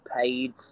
paid